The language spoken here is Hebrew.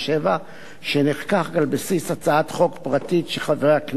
שנחקק על בסיס הצעת חוק פרטית של חבר הכנסת אורלב.